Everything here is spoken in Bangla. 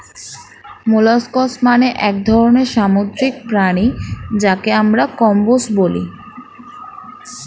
মোলাস্কস মানে এক ধরনের সামুদ্রিক প্রাণী যাকে আমরা কম্বোজ বলি